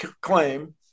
claim